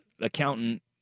accountant